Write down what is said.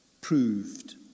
proved